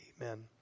Amen